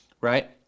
right